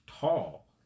tall